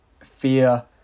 fear